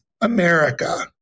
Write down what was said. America